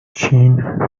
چین